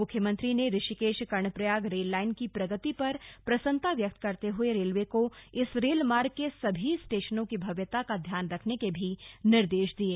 मुख्यमंत्री ने Rishikesh Karnaprayag rail line की प्रगति पर प्रसन्नता व्यक्त करते हुए रेलवे को इस रेल मार्ग के सभी स्टेशनों की भव्यता का ध्यान रखने के भी निर्देश दिये